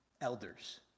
elders